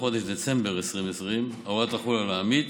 חודש דצמבר 2020 ההוראה תחול על העמית